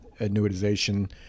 annuitization